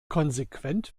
konsequent